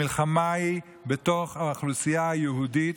המלחמה היא בתוך האוכלוסייה היהודית,